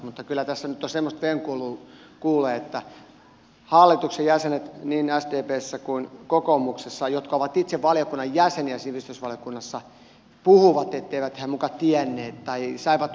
mutta kyllä tässä nyt semmoista venkoilua kuulee kun niin sdpssä kuin kokoomuksessa hallituksen jäsenet jotka ovat itse valiokunnan jäseniä sivistysvaliokunnassa puhuvat etteivät he muka tienneet tai saivat uutta tietoa